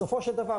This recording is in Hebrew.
בסופו של דבר,